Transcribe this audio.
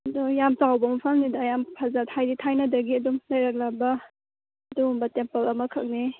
ꯑꯗꯣ ꯌꯥꯝ ꯆꯥꯎꯕ ꯃꯐꯝꯅꯤꯗ ꯌꯥꯝ ꯍꯥꯏꯗꯤ ꯊꯥꯏꯅꯗꯒꯤ ꯑꯗꯨꯝ ꯂꯩꯔꯛꯂꯕ ꯑꯗꯨꯒꯨꯝꯕ ꯇꯦꯝꯄꯜ ꯑꯃꯈꯛꯅꯤ